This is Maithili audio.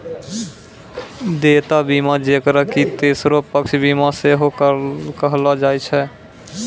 देयता बीमा जेकरा कि तेसरो पक्ष बीमा सेहो कहलो जाय छै